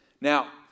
Now